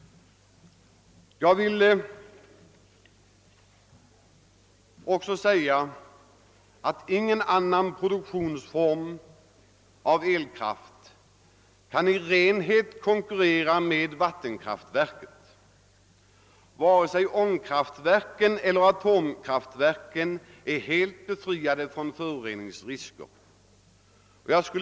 Ingen annan form för produktion av elkraft kan i fråga om renhet konkurrera med vattenkraftverken. Varken ångkraftverken eller atomkraftverken är helt befriade från föroreningsrisker.